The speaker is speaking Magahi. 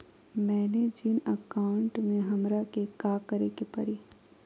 मैंने जिन अकाउंट में हमरा के काकड़ के परी?